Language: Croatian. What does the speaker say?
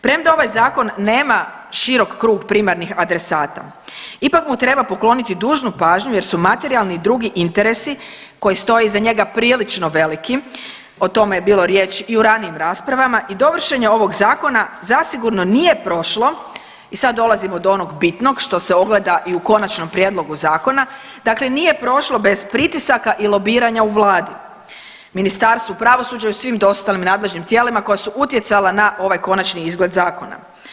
Premda ovaj zakon nema širok krug primarnih adresata ipak mu treba pokloniti dužnu pažnju jer su materijalni i drugi interesi koji stoje iza njega prilično veliki, o tome je bilo riječ i u ranijim raspravama i dovršenje ovog zakona zasigurno nije prošlo i sad dolazimo do onog bitnog što se ogleda i u konačnom prijedlogu zakona, dakle nije prošlo bez pritisaka i lobiranja u vladi, Ministarstvu pravosuđa i u svim ostalim nadležnim tijelima koja su utjecala na ovaj konačni izgled zakona.